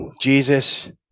Jesus